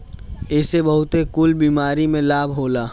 एसे बहुते कुल बीमारी में लाभ होला